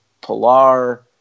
Pilar